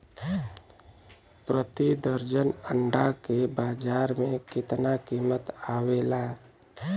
प्रति दर्जन अंडा के बाजार मे कितना कीमत आवेला?